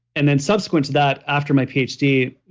and then subsequent to that, after my ph d,